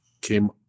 came